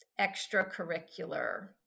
extracurricular